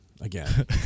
Again